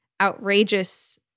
outrageous